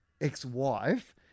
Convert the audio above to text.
ex-wife